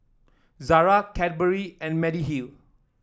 Zara Cadbury and Mediheal